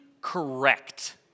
correct